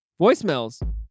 voicemails